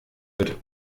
wird